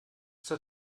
zur